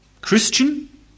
Christian